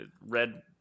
red